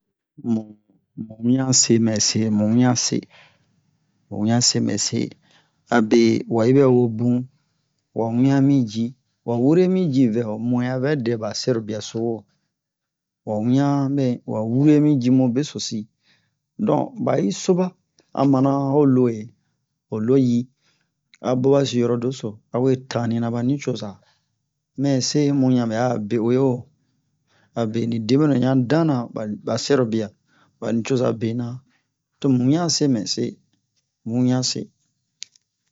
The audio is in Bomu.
mu mu mu wiɲan se mɛ se mu wiɲan se mɛ se mu wiɲan se mɛ se abe wa yi bɛ wo bun wa wiɲan mi ji wa wure mi ji a vɛ ho mu'ɛn a vɛ dɛ ɓa cɛrobiya wa wiɲan wa wure mi ci mu besosi donk ɓa yi so ɓa a mana ho lo ho lo yi a boɓasi yɔrɔ doso awe tannira ɓa nucoza mɛ se mu ɲan ɓɛ'a be'uwe abe ni deɓwenu ɲan dama ɓa ɓa cɛrobiya ɓa nucoza bena tomu wiɲan se mɛ se mu wiɲan se